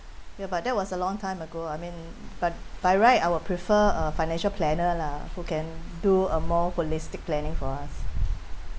ya but that was a long time ago I mean but by right I would prefer a financial planner lah who can do a more holistic planning for us